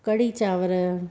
कढ़ी चांवर